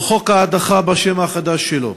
או חוק ההדחה, בשם החדש שלו.